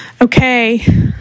Okay